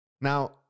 Now